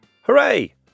Hooray